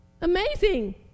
Amazing